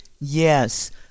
Yes